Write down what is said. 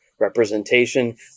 Representation